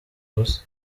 ubusa